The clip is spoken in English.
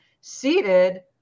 seated